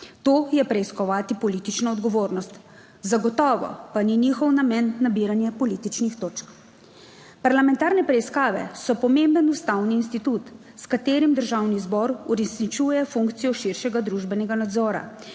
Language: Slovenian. to je preiskovati politično odgovornost, zagotovo pa ni njihov namen nabiranje političnih točk. Parlamentarne preiskave so pomemben ustavni institut, s katerim Državni zbor uresničuje funkcijo širšega družbenega nadzora,